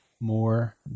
more